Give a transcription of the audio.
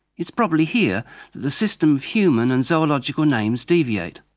it's probably here that the system of human and zoological names deviate.